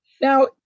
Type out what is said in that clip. Now